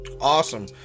Awesome